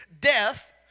death